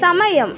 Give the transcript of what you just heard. സമയം